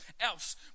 else